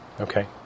Okay